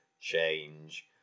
change